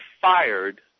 fired